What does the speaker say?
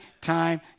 time